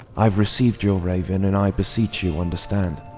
i have received your raven, and i beseech you understand.